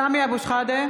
סמי אבו שחאדה,